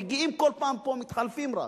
מגיעים כל פעם, מתחלפים רק.